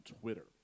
Twitter